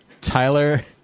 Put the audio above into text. Tyler